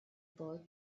boy